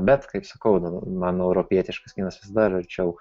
bet kaip sakau man europietiškas kinas visada yra arčiau